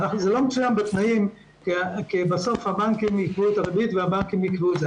זה לא מצוין בתנאים כי בסוף הבנקים ייתנו את הריבית והבנקים ---.